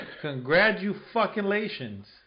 Congratulations